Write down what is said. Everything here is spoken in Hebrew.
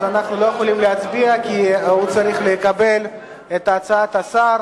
אז אנחנו לא יכולים להצביע כי הוא צריך לקבל את הצעת השר.